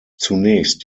zunächst